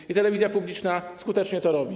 I telewizja publiczna skutecznie to robi.